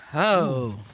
oh!